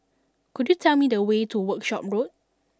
could you tell me the way to Workshop Road